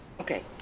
Okay